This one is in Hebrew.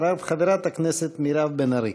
אחריו, חברת הכנסת מירב בן ארי.